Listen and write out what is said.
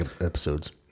episodes